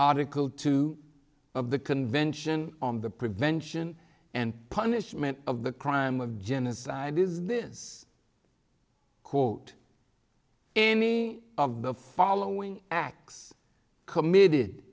article two of the convention on the prevention and punishment of the crime of genocide is this quote any of the following acts committed